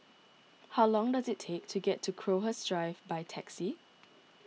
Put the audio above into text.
how long does it take to get to Crowhurst Drive by taxi